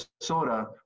Minnesota